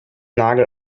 nagel